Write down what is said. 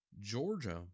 Georgia